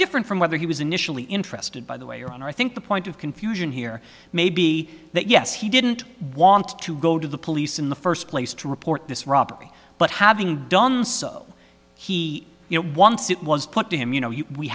different from whether he was initially interested by the way your honor i think the point of confusion here may be that yes he didn't want to go to the police in the first place to report this robbery but having done so he you know once it was put to him you know we